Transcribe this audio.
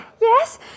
Yes